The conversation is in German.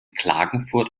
klagenfurt